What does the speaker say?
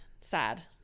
sad